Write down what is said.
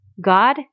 God